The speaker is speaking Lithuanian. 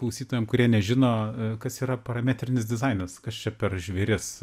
klausytojam kurie nežino kas yra parametrinis dizainas kas čia per žvėris